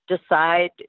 decide